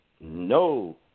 no